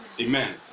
Amen